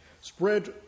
spread